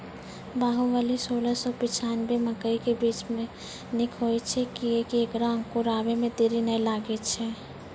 बाहुबली सोलह सौ पिच्छान्यबे मकई के बीज निक होई छै किये की ऐकरा अंकुर आबै मे देरी नैय लागै छै?